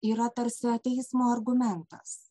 yra tarsi ateizmo argumentas